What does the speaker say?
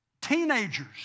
teenagers